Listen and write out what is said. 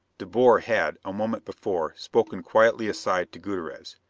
de boer had, a moment before, spoken quietly aside to gutierrez.